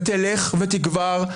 ותלך ותגבר.